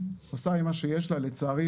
לצערי,